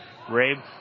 Rabe